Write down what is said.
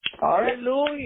Hallelujah